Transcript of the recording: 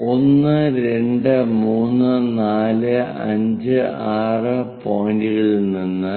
1 2 3 4 5 6 പോയിന്റുകളിൽ നിന്ന്